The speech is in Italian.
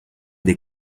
dei